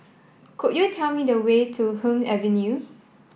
could you tell me the way to Hume Avenue